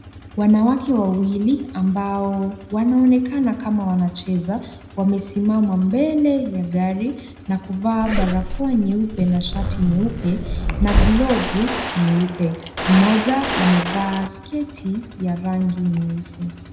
Wanawake wawili ambao wanaonekana kama wanacheza wamesimama mbele ya gari na kuvaa barakoa nyeupe na shati nyeupe na glovu nyeupe. Mmoja amevaa sketi ya rangi nyeusi.